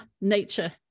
nature